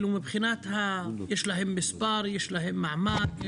יש להם מספר, יש להם מעמד?